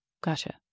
Gotcha